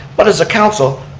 but as a council,